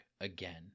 again